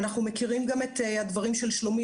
אנחנו מכירים גם את הדברים של שלומי,